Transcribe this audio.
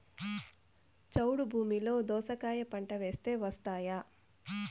చౌడు భూమిలో దోస కాయ పంట వేస్తే వస్తాయా?